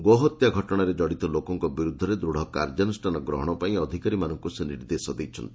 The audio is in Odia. ଗୋହତ୍ୟା ଘଟଣାରେ ଜଡ଼ିତ ଲୋକଙ୍କ ବିରୁଦ୍ଧରେ ଦୃଢ଼ କାର୍ଯ୍ୟାନୁଷାନ ଗ୍ରହଣ ପାଇଁ ସଫପୂକ୍ତ ଅଧିକାରୀଙ୍କୁ ସେ ନିର୍ଦ୍ଦେଶ ଦେଇଛନ୍ତି